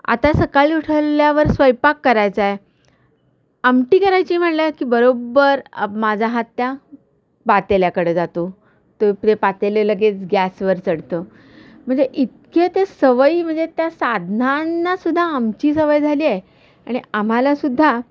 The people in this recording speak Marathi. आता सकाळी उठल्यावर स्वयंपाक करायचां आहे आमटी करायची म्हणलं की बरोब्बर माझा हात त्या पातेल्याकडे जातो ते ते पातेले लगेच गॅसवर चढतं म्हणजे इतके ते सवयी म्हणजे त्या साधनांनासुद्धा आमची सवय झाली आहे आणि आम्हालासुद्धा